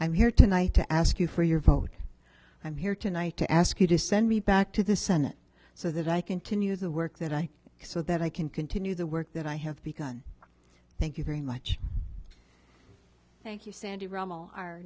i'm here tonight to ask you for your vote i'm here tonight to ask you to send me back to the senate so that i continue the work that i can so that i can continue the work that i have begun thank you very much thank you sandy ramel our